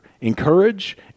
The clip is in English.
encourage